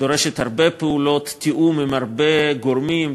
ודורשת הרבה פעולות תיאום עם הרבה מאוד גורמים,